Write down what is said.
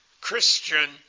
Christian